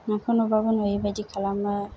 नोंखौ नुबाबो नुयैबायदि खालामो